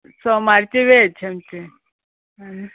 सोमारची वेज आमचे